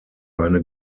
eine